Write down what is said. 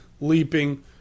leaping